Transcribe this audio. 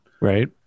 Right